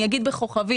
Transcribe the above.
אני אגיד בכוכבית,